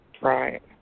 Right